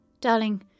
Darling